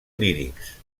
lírics